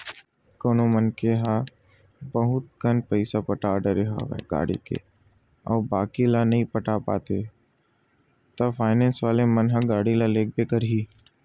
कोनो मनखे ह बहुत कन पइसा पटा डरे हवे गाड़ी के अउ बाकी ल नइ पटा पाते हे ता फायनेंस वाले मन ह गाड़ी ल लेगबे करही